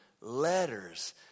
letters